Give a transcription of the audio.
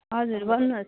हजुर भन्नुहोस्